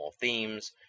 themes